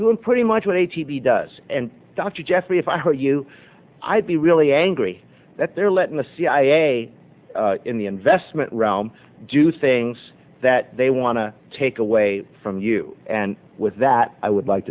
doing pretty much what he does and dr jeffrey if i hurt you i'd be really angry that they're letting the cia in the investment realm do things that they want to take away from you and with that i would like